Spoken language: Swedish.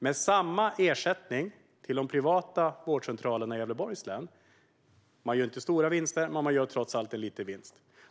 Med samma ersättning till de privata vårdcentralerna i Gävleborgs län gör de inte stora vinster men trots allt en liten vinst.